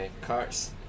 carts